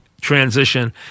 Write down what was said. transition